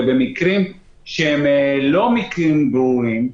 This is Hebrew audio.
ובמקרים שהם לא מקרים ברורים,